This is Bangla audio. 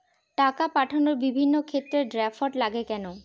টাকা পাঠানোর বিভিন্ন ক্ষেত্রে ড্রাফট লাগে কেন?